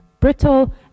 brittle